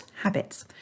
habits